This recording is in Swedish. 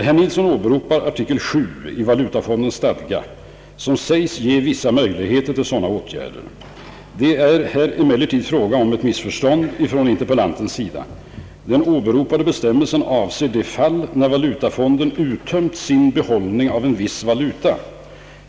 Herr Nilsson åberopar artikel VII i valutafondens stadga, som sägs ge vissa möjligheter till sådana åtgärder, Det är här emellertid fråga om ett missförstånd från interpellantens sida, Den åberopade bestämmelsen avser det fall när valutafonden uttömt sin behållning av en viss valuta.